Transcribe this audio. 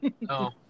No